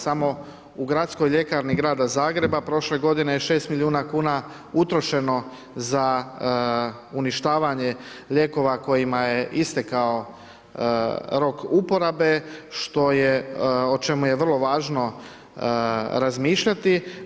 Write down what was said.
Samo u Gradskoj ljekarni grada Zagreba prošle godine je 6 milijuna kuna utrošeno za uništavanje lijekova kojima je istekao rok uporabe što je, o čemu je vrlo važno razmišljati.